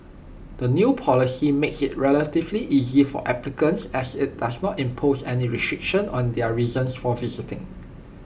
the new policy makes IT relatively easy for applicants as IT doesn't impose any restrictions on their reasons for visiting